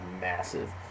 massive